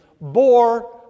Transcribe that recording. bore